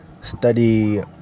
study